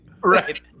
right